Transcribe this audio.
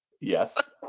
Yes